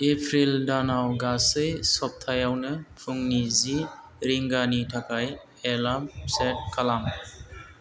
April दानाव गासै सप्तायावनो फुंनि जि रिंगानि थाखाय एलार्म सेट खालाम